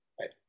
right